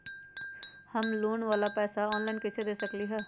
हम लोन वाला पैसा ऑनलाइन कईसे दे सकेलि ह?